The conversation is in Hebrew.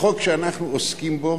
החוק שאנחנו עוסקים בו